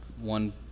one